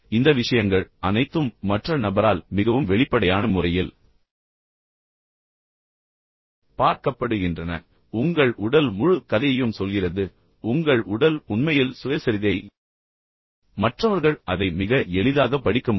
இந்த விஷயங்கள் அனைத்தும் மற்ற நபரால் மிகவும் வெளிப்படையான முறையில் பார்க்கப்படுகின்றன உங்கள் உடல் முழு கதையையும் சொல்கிறது உங்கள் உடல் உண்மையில் சுயசரிதை மற்றவர்கள் அதை மிக எளிதாக படிக்க முடியும்